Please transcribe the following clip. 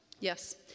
Yes